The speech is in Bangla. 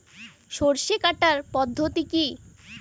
সরষে কাটার পদ্ধতি কি?